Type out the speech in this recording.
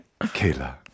Kayla